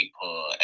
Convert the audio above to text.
people